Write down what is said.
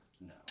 No